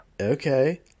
okay